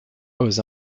aux